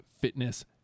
fitness